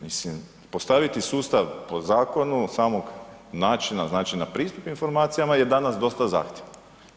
Mislim, postaviti sustav po zakonu samog načina znači na pristup informacijama je danas dosta zahtjevno.